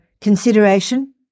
consideration